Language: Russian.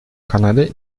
канады